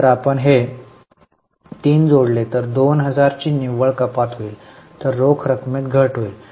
जर आपण हे 3 जोडले तर 2000 ची निव्वळ कपात होईल तर रोख रकमेत घट होईल